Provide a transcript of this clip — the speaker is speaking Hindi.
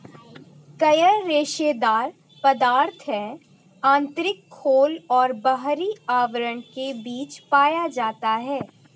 कयर रेशेदार पदार्थ है आंतरिक खोल और बाहरी आवरण के बीच पाया जाता है